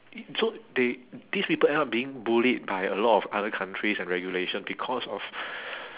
so they these people end up being bullied by a lot of other countries and regulation because of